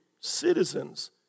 citizens